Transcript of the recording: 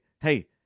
hey